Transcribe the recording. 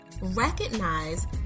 recognize